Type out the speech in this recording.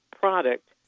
product